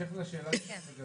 בהמשך לשאלה שלך,